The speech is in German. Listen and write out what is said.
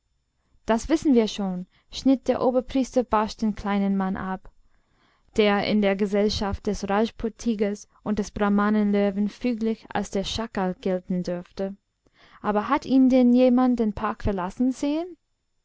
das wissen wir schon schnitt der oberpriester barsch den kleinen mann ab der in der gesellschaft des rajput tigers und des brahmanen löwen füglich als der schakal gelten durfte aber hat ihn denn jemand den park verlassen sehen